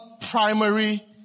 primary